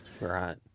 Right